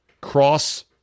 cross-